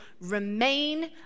remain